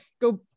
go